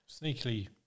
Sneakily